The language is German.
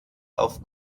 auf